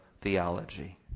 theology